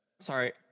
Sorry